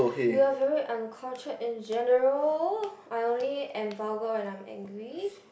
you are very uncultured in general I only am vulgar when I am angry